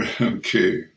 Okay